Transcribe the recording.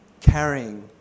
carrying